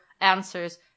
answers